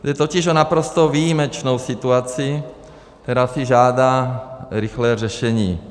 Jde totiž o naprosto výjimečnou situaci, která si žádá rychlé řešení.